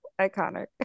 Iconic